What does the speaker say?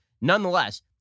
Nonetheless